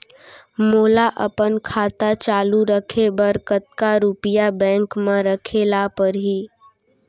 मोला अपन खाता चालू रखे बर कतका रुपिया बैंक म रखे ला परही?